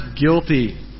guilty